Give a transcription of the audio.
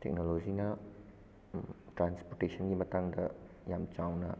ꯇꯦꯛꯅꯣꯂꯣꯖꯤꯅ ꯇ꯭ꯔꯥꯟꯁꯄꯣꯔꯇꯦꯁꯟꯒꯤ ꯃꯇꯥꯡꯗ ꯌꯥꯝ ꯆꯥꯎꯅ